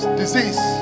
disease